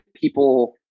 people